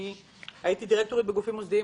הייתי דירקטוריות בגופים מוסדיים,